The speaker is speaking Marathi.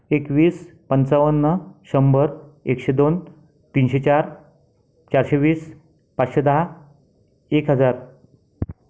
एकवीस पंचावन्न शंभर एकशे दोन तीनशे चार चारशे वीस पाचशे दहा एक हजार